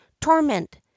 torment